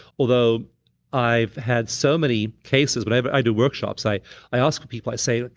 although i've had so many cases. whenever i do workshops, i i ask of people, i say, like